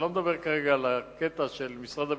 כרגע אני לא מדבר על הקטע של משרד הביטחון,